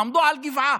עמדו על גבעה,